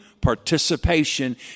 participation